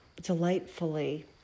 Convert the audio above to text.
delightfully